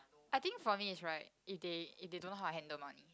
I think for me is right if they if they don't know how to handle money